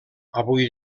avui